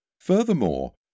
Furthermore